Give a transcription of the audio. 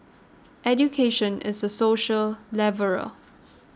education is a social leveller